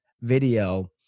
video